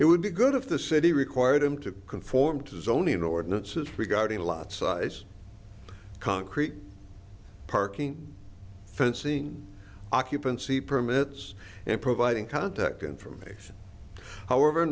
it would be good if the city required him to conform to the zoning ordinances regarding a lot size concrete parking fencing occupancy permits and providing contact information however